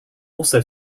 also